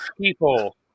people